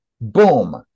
boom